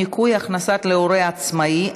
ניכוי הכנסות להורה עצמאי),